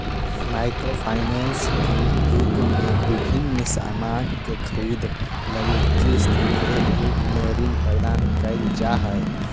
micro finance के युग में विभिन्न सामान के खरीदे लगी किस्त के रूप में ऋण प्रदान कईल जा हई